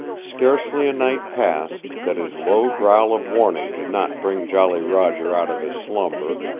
scarcely a night passed that his low growl of warning did not bring jolly roger out of his slumber,